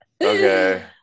okay